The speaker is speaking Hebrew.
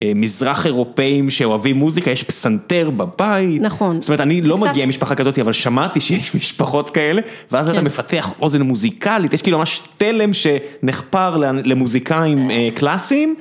מזרח אירופאים שאוהבים מוזיקה, יש פסנתר בבית. נכון. זאת אומרת, אני לא מגיע עם משפחה כזאת, אבל שמעתי שיש משפחות כאלה. ואז אתה מפתח אוזן מוזיקלית, יש כאילו ממש תלם שנחפר למוזיקאים קלאסיים.